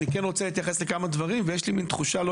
אני כן רוצה להתייחס לכמה דברים ויש לי מן תחושה לא